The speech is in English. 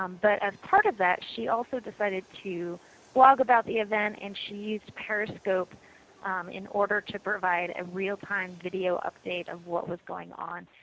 um but as part of that she also decided to blog about the event and she used periscope in order to provide a real time video update of what was going on.